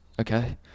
okay